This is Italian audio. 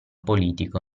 politico